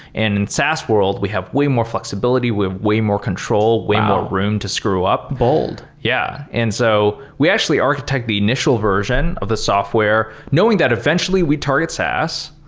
in saas world, we have way more flexibility. we have way more control, way more um room to screw up. bold yeah. and so we actually architected the initial version of the software knowing that eventually we'd target saas,